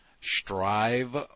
Strive